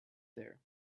there